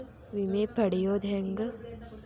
ವಿಮೆ ಪಡಿಯೋದ ಹೆಂಗ್?